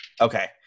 Okay